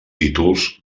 títols